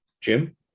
Jim